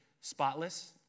spotless